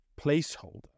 placeholder